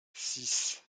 six